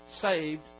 saved